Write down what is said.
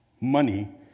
Money